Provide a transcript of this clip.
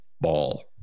ball